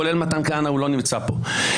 כולל למתן כהנא שלא נמצא פה.